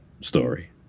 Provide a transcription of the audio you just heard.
story